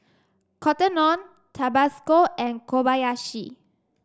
Cotton On Tabasco and Kobayashi